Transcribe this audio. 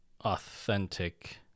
authentic